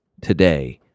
today